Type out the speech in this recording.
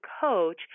coach